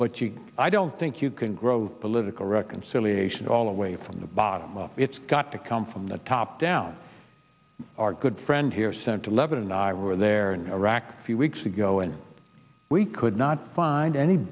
but you i don't think you can grow political reconciliation all the way from the bottom up it's got to come from the top down our good friend here sent to lebanon and i were there in iraq few weeks ago and we could not find any